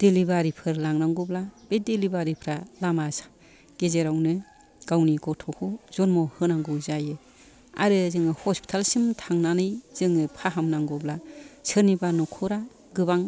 delivery फोर लांनांगौबा बे दिलिभारि फ्रा लामा गेजेरावनो गावनि गथ'खौ जन्म' होनांगौ जायो आरो जोङो हस्पिटाल सिम थांनानै जोङो फाहामनांगौब्ला सोरनिबा नखरा गोबां